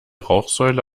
rauchsäule